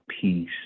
Peace